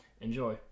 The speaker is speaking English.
Enjoy